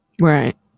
Right